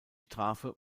strafe